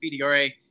pdra